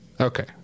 Okay